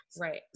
right